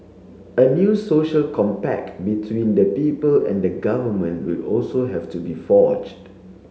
a new social compact between the people and the government will also have to be forged